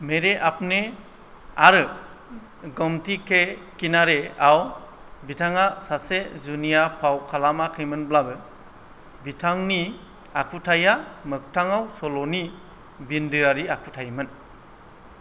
मेरे अपने आरो गोमती के किनारे आव बिथाङा सासे जुनिया फाव खालामाखैमोनब्लाबो बिथांनि आखुथाया मोखथांआव सल' नि बिन्दोआरि आखुथायमोन